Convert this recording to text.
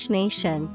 nation